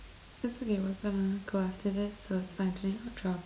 that's okay we're gonna go after this so it's fine